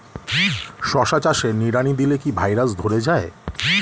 শশা চাষে নিড়ানি দিলে কি ভাইরাস ধরে যায়?